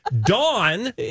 Dawn